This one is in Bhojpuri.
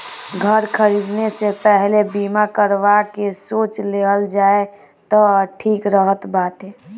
घर खरीदे से पहिले बीमा करावे के सोच लेहल जाए तअ ठीक रहत बाटे